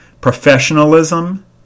Professionalism